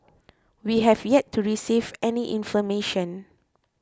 we have yet to receive any information